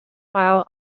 file